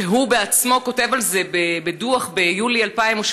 הוא בעצמו כותב על זה בדוח ביולי 2017,